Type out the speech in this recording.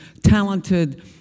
talented